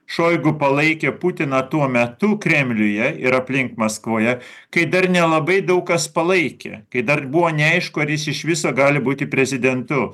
šoigu palaikė putiną tuo metu kremliuje ir aplink maskvoje kai dar nelabai daug kas palaikė kai dar buvo neaišku ar jis iš viso gali būti prezidentu